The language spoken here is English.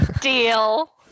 Deal